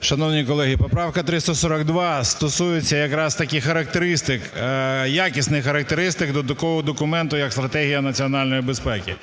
Шановні колеги, поправка 342 стосується якраз таких характеристик, якісних характеристик до такого документу як Стратегія національної безпеки.